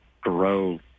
grow